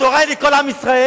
התורה היא לכל עם ישראל,